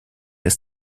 ist